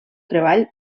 treball